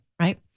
right